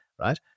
Right